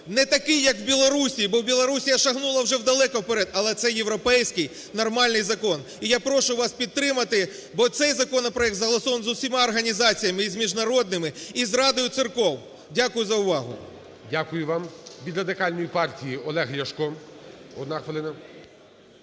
не такий як в Білорусії, бо Білорусіяшагнула вже далеко вперед, але це європейський нормальний закон. І я прошу вас підтримати, бо цей законопроект согласован з усіма організаціями, і з міжнародними, і з Радою церков. Дякую за увагу. ГОЛОВУЮЧИЙ. Дякую вам. Від Радикальної партії Олег Ляшко. Одна хвилина.